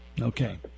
Okay